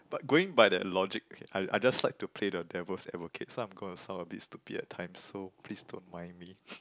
but going by that logic okay I I just like to play the devil's advocate so I'm gonna sound a bit stupid at times so please don't mind me